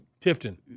Tifton